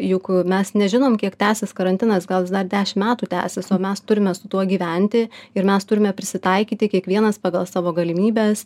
juk mes nežinom kiek tęsis karantinas gal jis dar dešim metų tęsis o mes turime su tuo gyventi ir mes turime prisitaikyti kiekvienas pagal savo galimybes